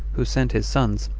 who sent his sons,